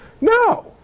no